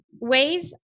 ways